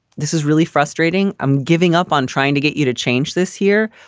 this is really frustrating. i'm giving up on trying to get you to change this year.